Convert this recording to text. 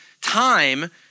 time